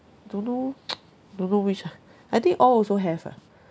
don't know don't know which ah I think all also have ah